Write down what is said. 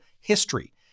History